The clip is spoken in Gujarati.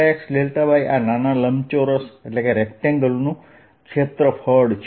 x y આ નાના લંબચોરસ નું ક્ષેત્ર છે